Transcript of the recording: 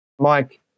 Mike